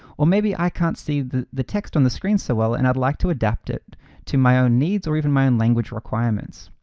well maybe i can't see the the text on the screen so well and i'd like to adapt it to my own needs or even my own language requirements.